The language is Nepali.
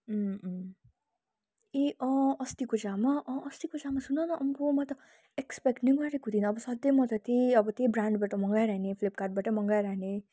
ए अँ अस्तिको जामा अँ अस्तिको जामा सुन न अम्बो म त एक्सपेक्ट नै गरेको थिइनँ अब सधैँ म त त्यही अब त्यही ब्रान्डबाट मगाइरहने फ्लिपकार्टबाटै मगाइरहने